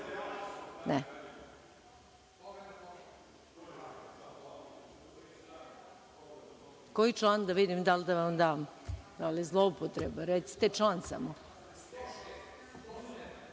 Koji član, da vidim da li da vam dam? Da li je zloupotreba? Recite član samo.(Saša